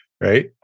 Right